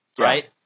Right